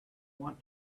want